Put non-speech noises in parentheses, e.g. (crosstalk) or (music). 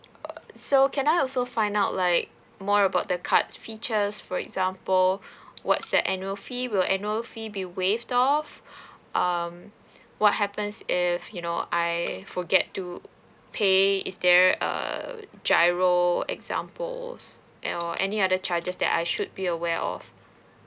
err so can I also find out like more about the cards features for example (breath) what's the annual fee will annual fee be waived off (breath) um what happens if you know I forget to pay is there err GIRO examples and or any other charges that I should be aware of